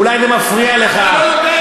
אולי זה מפריע לך, אני לא יודע.